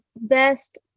best